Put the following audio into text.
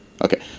Okay